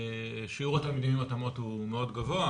שיעור התלמידים עם התאמות מאוד גבוה,